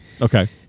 Okay